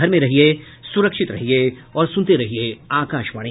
घर में रहिये सुरक्षित रहिये और सुनते रहिये आकाशवाणी